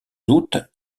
hôtes